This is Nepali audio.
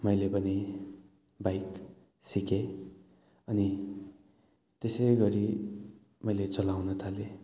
मैले पनि बाइक सिकेँ अनि त्यसै गरी मैले चलाउन थालेँ